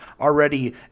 already